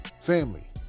Family